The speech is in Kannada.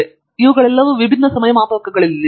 ಫಣಿಕುಮಾರ್ ಇವುಗಳೆಲ್ಲವೂ ವಿಭಿನ್ನ ಸಮಯ ಮಾಪಕಗಳಲ್ಲಿವೆ